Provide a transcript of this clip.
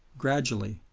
gradually,